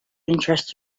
interest